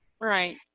Right